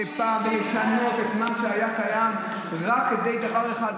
בכוח לבוא מדי פעם ולשנות את מה שהיה קיים רק לדבר אחד,